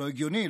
לא הגיוני,